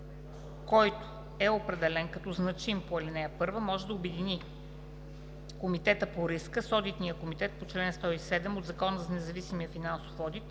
който е определен като значим по ал. 1, може да обедини комитета по риска с одитния комитет по чл. 107 от Закона за независимия финансов одит,